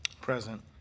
Present